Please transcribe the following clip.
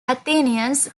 athenians